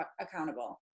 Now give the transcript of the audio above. accountable